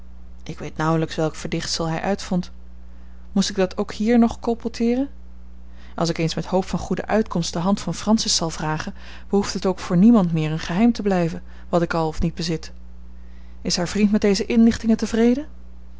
ik weet nauwelijks welk verdichtsel hij uitvond moest ik dat ook hier nog colporteeren als ik eens met hoop van goede uitkomst de hand van francis zal vragen behoeft het ook voor niemand meer een geheim te blijven wat ik al of niet bezit is haar vriend met deze inlichtingen tevreden